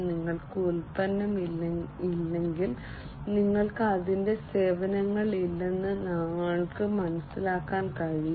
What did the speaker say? നിങ്ങൾക്ക് ഉൽപ്പന്നം ഇല്ലെങ്കിൽ നിങ്ങൾക്ക് അതിന്റെ സേവനങ്ങൾ ഇല്ലെന്ന് ഞങ്ങൾക്ക് മനസ്സിലാക്കാൻ കഴിയും